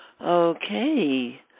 Okay